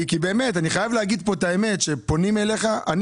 אני חייב לומר כאן את האמת כשפונים אליך,